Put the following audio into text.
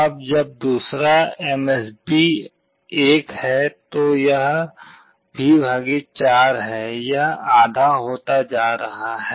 अब जब दूसरा एमएसबी 1 है तो यह V 4 है यह आधा होता जा रहा है